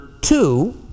two